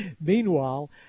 Meanwhile